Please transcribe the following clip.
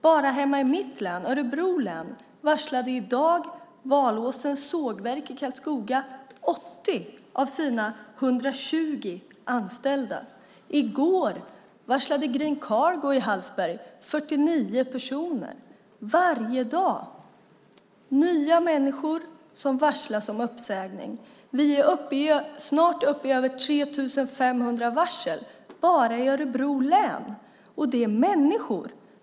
Bara hemma i mitt län, Örebro län, varslade i dag Valåsens sågverk i Karlskoga 80 av sina 120 anställda. I går varslade Green Cargo i Hallsberg 49 personer. Varje dag är det nya människor som varslas om uppsägning. Vi är snart uppe i över 3 500 varsel bara i Örebro län, och det handlar om människor.